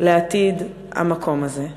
לעתיד המקום הזה: